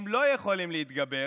הם לא יכולים להתגבר